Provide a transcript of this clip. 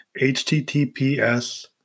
HTTPS